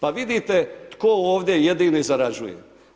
Pa vidite tko ovdje jedini zarađuje.